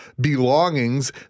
belongings